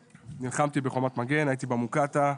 נלחמתי ב'חומת מגן', הייתי במוקטעה.